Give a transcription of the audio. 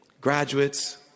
graduates